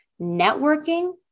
networking